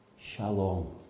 Shalom